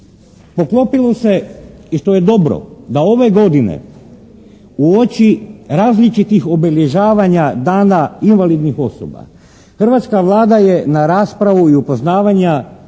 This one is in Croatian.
poklopilo se i što je dobro, da ove godine uoči različitih obilježavanja Dana invalidnih osoba hrvatska Vlada je na raspravu i upoznavanja